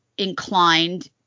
inclined